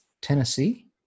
tennessee